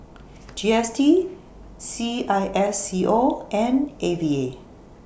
G S T C I S C O and A V A